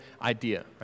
idea